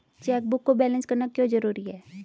Chequebook को balance करना क्यों जरूरी है?